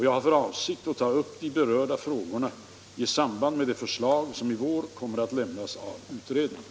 Jag har för avsikt att ta upp de berörda frågorna i samband med de förslag som i vår kommer att lämnas av utredningen.